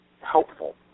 helpful